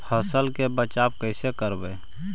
फसल के बचाब कैसे करबय?